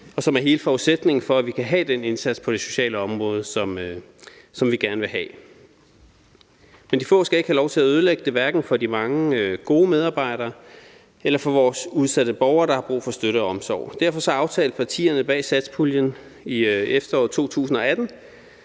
og som er hele forudsætningen for, at vi ikke have den indsats på det sociale område, som vi gerne vil have. Men de få skal ikke have lov til at ødelægge det, hverken for de mange gode medarbejdere eller for vores udsatte borgere, der har brug for støtte og omsorg. Derfor aftalte partierne bag satspuljen i efteråret 2018,